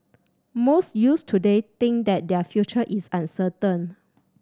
most youths today think that their future is uncertain